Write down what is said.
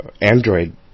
Android